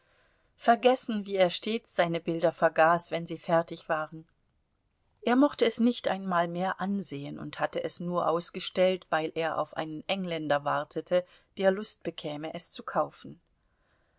vergessen wie er stets seine bilder vergaß wenn sie fertig waren er mochte es nicht einmal mehr ansehen und hatte es nur ausgestellt weil er auf einen engländer wartete der lust bekäme es zu kaufen